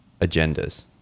agendas